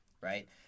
right